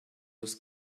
was